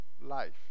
life